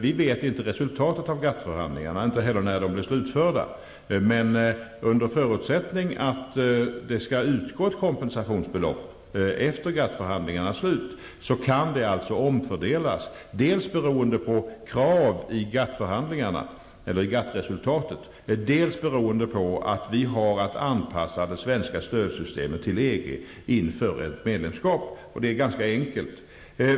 Vi vet inte vilket resultatet av GATT förhandlingarna blir, inte heller när de är slutförda, men under förutsättning av att det skall utgå ett kompensationsbelopp efter GATT förhandlingarnas slut, kan det alltså omfördelas, dels beroende på krav i GATT-resultatet, dels beroende på att vi har att anpassa det svenska stödsystemet till EG inför ett medlemskap. Det är ganska enkelt.